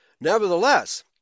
Nevertheless